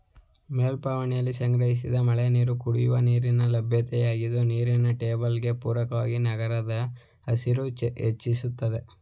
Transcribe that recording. ಮೇಲ್ಛಾವಣಿಲಿ ಸಂಗ್ರಹಿಸಿದ ಮಳೆನೀರು ಕುಡಿಯುವ ನೀರಿನ ಲಭ್ಯತೆಯಾಗಿದ್ದು ನೀರಿನ ಟೇಬಲ್ಗೆ ಪೂರಕವಾಗಿ ನಗರದ ಹಸಿರು ಹೆಚ್ಚಿಸ್ತದೆ